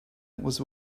was